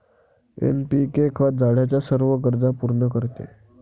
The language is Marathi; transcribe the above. एन.पी.के खत झाडाच्या सर्व गरजा पूर्ण करते